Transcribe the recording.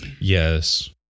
Yes